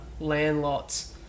landlots